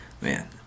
Man